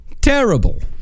Terrible